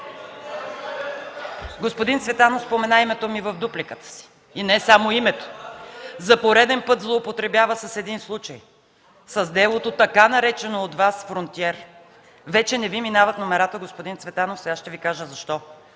Господин Цветанов спомена името ми в дуплика и не само името. За пореден път злоупотребява с един случай – с делото така наречено от Вас „Фронтиер”. Вече не Ви минават номерата, господин Цветанов, и сега ще Ви кажа защо.